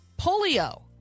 Polio